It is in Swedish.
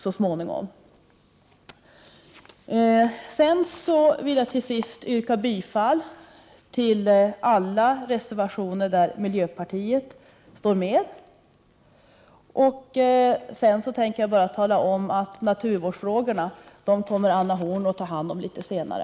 Till sist vill jag yrka bifall till alla reservationer där miljöpartiet står med. Naturvårdsfrågorna kommer Anna Horn af Rantzien att ta hand om litet senare.